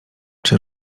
czy